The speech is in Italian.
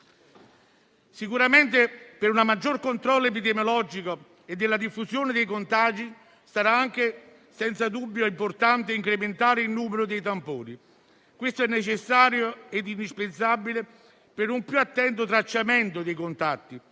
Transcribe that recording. Sicuramente per un maggior controllo epidemiologico e della diffusione dei contagi sarà anche senza dubbio importante incrementare il numero dei tamponi. Ciò è necessario ed indispensabile per un più attento tracciamento dei contatti